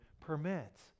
permits